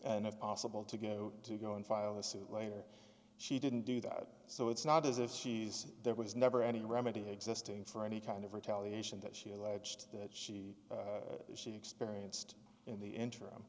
and if possible to go to go and file the suit later she didn't do that so it's not as if she's there was never any remedy existing for any kind of retaliation that she alleged that she experienced in the interim